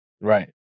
Right